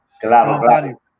Claro